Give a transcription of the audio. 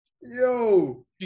Yo